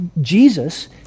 Jesus